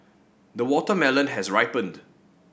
the watermelon has ripened